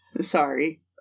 Sorry